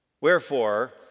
Wherefore